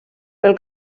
pel